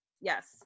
Yes